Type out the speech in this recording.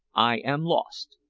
i am lost.